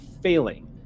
failing